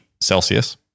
Celsius